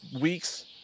weeks